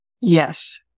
Yes